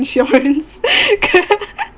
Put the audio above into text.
insurance